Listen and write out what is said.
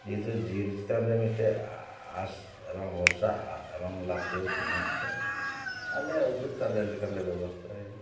ᱡᱮᱦᱮᱛᱩ ᱡᱤᱭᱟᱹᱞᱤ ᱪᱮᱛᱟᱱ ᱨᱮᱦᱚᱸ ᱢᱤᱫᱴᱮᱱ ᱟᱥ ᱮᱵᱚᱝ ᱵᱷᱚᱨᱥᱟ ᱮᱵᱚᱝ ᱞᱟᱵᱷ ᱡᱚᱱᱚᱠ ᱢᱮᱱᱟᱜᱼᱟ ᱛᱮ ᱟᱞᱮ ᱩᱫᱚᱠᱛᱟ ᱟᱞᱮ ᱞᱮᱠᱟᱞᱮ ᱵᱮᱵᱚᱥᱛᱟ ᱭᱮᱫᱟ